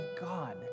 God